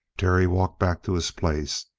terry walked back to his place.